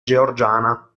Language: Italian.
georgiana